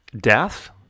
death